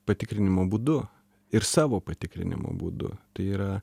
patikrinimo būdu ir savo patikrinimo būdu tai yra